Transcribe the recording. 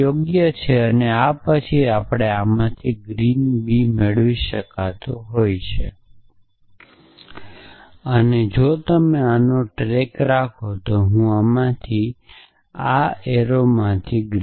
તો શું તે યોગ્ય છે અને પછી આ અને આમાંથી હું ગ્રીન b મેળવી શકતો નથી અને આ એક અને આ જો તમે તીરને ટ્રેક રાખી શકશો તો હું ગ્રીન b મેળવી શકું છું અને આ અને આમાંથી